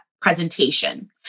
presentation